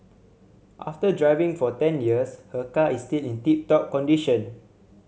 after driving for ten years her car is still in tip top condition